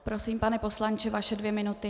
Prosím, pane poslanče, vaše dvě minuty.